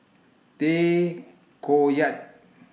Tay Koh Yat